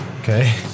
Okay